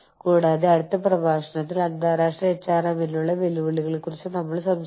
ആഗോള തൊഴിൽ നിയമം വ്യാവസായിക ബന്ധങ്ങൾ അന്താരാഷ്ട്ര നൈതികത എന്നിവയുമായി അടുത്ത ക്ലാസിൽ നമ്മൾ തുടരും